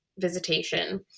visitation